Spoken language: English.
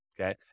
okay